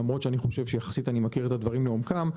למרות שאני חושב שאני מכיר את הדברים יחסית לעומקם.